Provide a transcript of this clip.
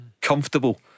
comfortable